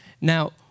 Now